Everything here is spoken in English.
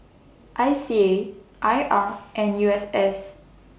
I C A I R and U S S